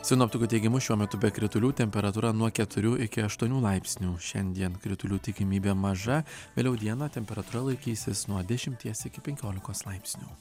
sinoptikų teigimu šiuo metu be kritulių temperatūra nuo keturių iki aštuonių laipsnių šiandien kritulių tikimybė maža vėliau dieną temperatūra laikysis nuo dešimties iki penkiolikos laipsnių